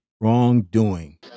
wrongdoing